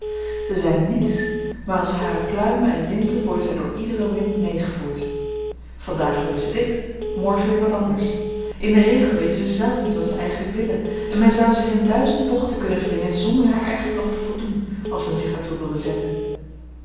ze zijn niets maar als hare pluimen en linten worden zij door iederen wind meegevoerd vandaag willen ze dit morgen weer wat anders in den regel weten zij zelven niet wat ze eigenlijk willen en men zou zich in duizend bochten kunnen wringen zonder haar eigenlijk nog te voldoen als men zich daartoe wilde zetten